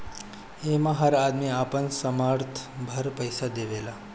एमे हर आदमी अपना सामर्थ भर पईसा देवेला